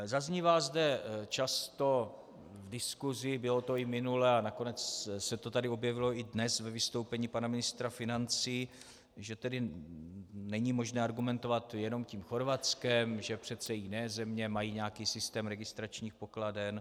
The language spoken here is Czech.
Zaznívá zde často v diskusi, bylo to i minule a nakonec se to tady objevilo i dnes ve vystoupení pana ministra financí, že není možné argumentovat jenom tím Chorvatskem, že přece i jiné země mají nějaký systém registračních pokladen.